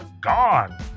gone